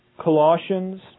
Colossians